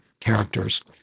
characters